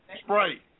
Sprite